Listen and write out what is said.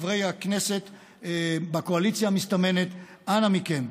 חברי הכנסת מהקואליציה המסתמנת: אנא מכם,